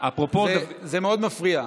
זה מאוד מפריע,